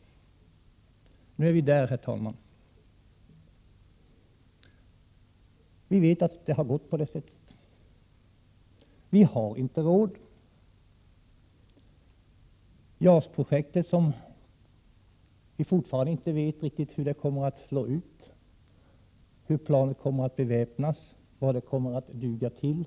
Nu är vi där, herr talman — det har blivit så. Vi har inte råd. Vi vet fortfarande inte riktigt hur JAS-projektet kommer att slå ut, hur planet kommer att beväpnas eller vad det kommer att duga till.